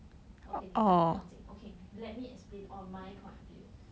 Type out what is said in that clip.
okay 你看不用紧 okay let me explain on my point of view